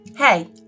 Hey